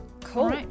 Cool